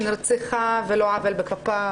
שנרצחה על לא עוול בכפה.